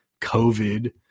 COVID